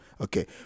Okay